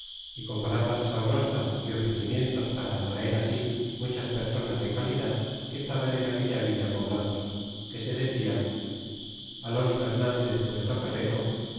y con palabras sabrosas y ofrecimientos para atraer sí muchas personas de calidad que estaban en aquella villa poblados que se decian alonso rernandez